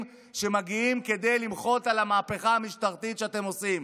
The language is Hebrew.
שמגיעים כדי למחות על המהפכה המשטרית שאתם עושים.